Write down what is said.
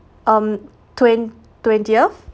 um twen~ twentieth